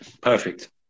perfect